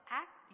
act